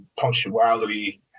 punctuality